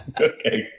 Okay